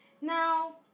Now